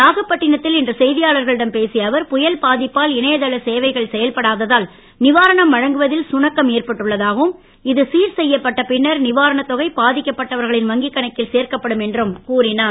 நாகப்பட்டினத்தில் இன்று செய்தியாளர்களிடம் பேசிய அவர் புயல் பாதிப்பால் இணையதள சேவைகள் செயல்படாததால் நிவாரணம் வழங்கவதில் சுணக்கம் ஏற்பட்டுள்ளதாகவும் இது சீர் செய்யப்பட்ட பின்னர் நிவாரணத் தொகை பாதிக்கப் பட்டவர்களின் வங்கிக் கணக்கில் சேர்க்கப்படும் என்று அவர் கூறினார்